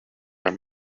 are